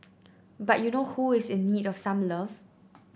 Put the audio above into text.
but you know who is in need of some love